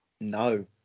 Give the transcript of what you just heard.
No